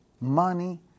money